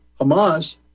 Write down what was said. Hamas